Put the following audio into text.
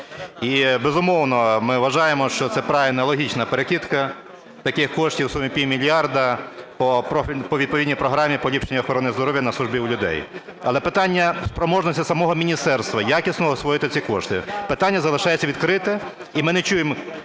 І, безумовно, ми вважаємо, що це правильна і логічна перекидка таких коштів в сумі півмільярда по відповідній програмі "Поліпшення охорони здоров'я на службі у людей". Але питання спроможності самого міністерства якісно освоїти ці кошти, питання залишається відкритим. І ми не чуємо